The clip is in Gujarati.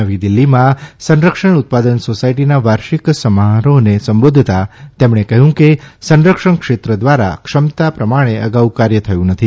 નવી દીલ્ઠીમાં સંરક્ષણ ઉત્પાદન સોસાયટીના વાર્ષિક સમારોહને સંબોધતાં તેમણે કહ્યું કે સંરક્ષણ ક્ષેત્ર દ્વારા ક્ષમતા પ્રમાણે અગાઉ કાર્ય થયું નથી